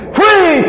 free